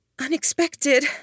unexpected